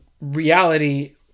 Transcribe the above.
reality